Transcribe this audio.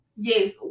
Yes